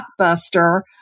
blockbuster